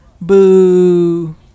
Boo